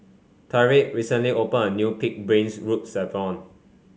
Tyriq recently opened a new pig's brain